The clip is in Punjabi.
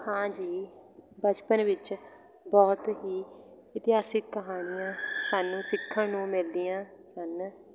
ਹਾਂ ਜੀ ਬਚਪਨ ਵਿੱਚ ਬਹੁਤ ਹੀ ਇਤਿਹਾਸਿਕ ਕਹਾਣੀਆਂ ਸਾਨੂੰ ਸਿੱਖਣ ਨੂੰ ਮਿਲਦੀਆਂ ਸਨ